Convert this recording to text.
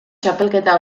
txapelketa